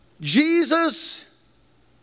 Jesus